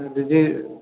जी